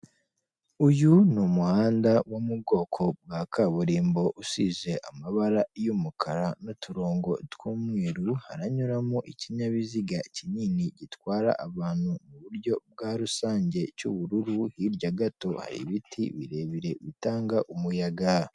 Uyu ni umuhanda wo mu bwoko bwa kaburimbo usize amabara y'umukara n'uturongo tw'umweru, haranyuramo ikinyabiziga kinini gitwara abantu mu buryo bwa rusange cy'ubururu, hirya gato'ibiti birebire bitanga umuyaga.